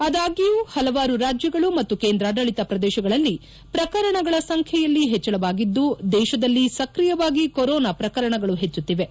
ಆದಾಗ್ಲೂ ಪಲವಾರು ರಾಜ್ಲಗಳು ಮತ್ತು ಕೇಂದ್ರಾಡಳಿತ ಪ್ರದೇಶಗಳಲ್ಲಿ ಪ್ರಕರಣಗಳ ಸಂಬ್ಲೆಯಲ್ಲಿ ಹೆಚ್ಚಳವಾಗಿದ್ದು ದೇಶದಲ್ಲಿ ಸ್ಕ್ರಿಯವಾಗಿ ಕರೋನಾ ಪ್ರಕರಣಗಳು ಹೆಚ್ಚುತ್ತಿವೆ